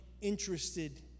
interested